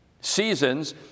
Seasons